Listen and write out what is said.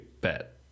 bet